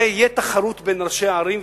הרי תהיה תחרות בין ראשי הערים,